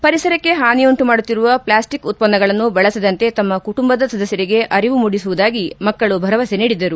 ಪರಿಸರಕ್ಕೆ ಹಾನಿಯುಂಟು ಮಾಡುತ್ತಿರುವ ಪ್ಲಾಸ್ಟಿಕ್ ಉತ್ಪನ್ನಗಳನ್ನು ಬಳಸದಂತೆ ತಮ್ಮ ಕುಟುಂಬದ ಸದಸ್ದರಿಗೆ ಅರಿವು ಮೂಡಿಸುವುದಾಗಿ ಮಕ್ಕಳು ಭರವಸೆ ನೀಡಿದರು